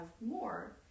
more